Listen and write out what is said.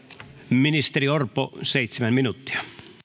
ministeri orpo seitsemän minuuttia